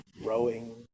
rowing